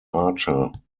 archer